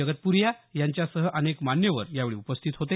जगत्प्रीया यांच्यासह अनेक मान्यवर यावेळी उपस्थित होते